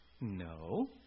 No